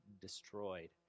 destroyed